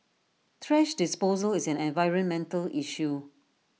thrash disposal is an environmental issue